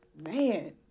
Man